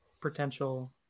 potential